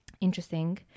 interesting